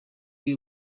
bwe